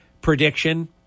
prediction